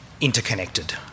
interconnected